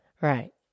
Right